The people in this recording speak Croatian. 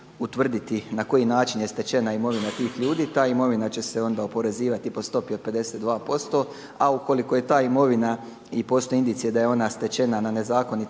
na koji način je stečena imovina tih ljudi, ta imovina će se onda oporezivati po stopi od 52% a ukoliko je ta imovina i postoji indicija da je ona stečena na nezakonit